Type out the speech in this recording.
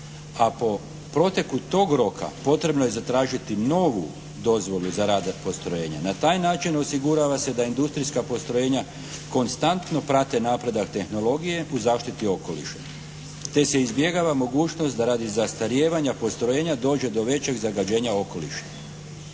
A po proteku tog roka potrebno je zatražiti novu dozvolu za rad postrojenja. Na taj način osigurava se da industrijska postrojenja konstantno prate napredak tehnologije u zaštiti okoliša te se izbjegava mogućnost da radi zastarijevanja postrojenja dođe do većeg zagađenja okoliša.